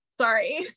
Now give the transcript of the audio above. sorry